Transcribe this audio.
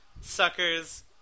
suckers